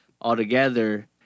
altogether